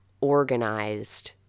organized